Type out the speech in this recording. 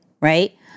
right